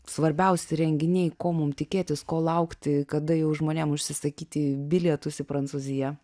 svarbiausi renginiai ko mum tikėtis ko laukti kada jau žmonėm užsisakyti bilietus į prancūziją